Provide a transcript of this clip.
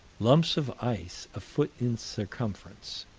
lumps of ice, a foot in circumference,